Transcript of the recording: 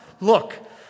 look